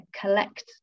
collect